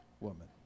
Woman